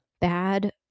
bad